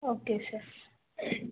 okay sir